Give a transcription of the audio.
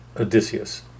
Odysseus